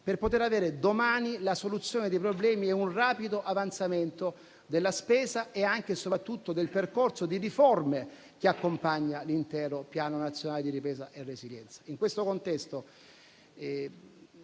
per poter avere domani la soluzione dei problemi e un rapido avanzamento della spesa e soprattutto del percorso di riforme che accompagna l'intero Piano nazionale di ripresa e resilienza.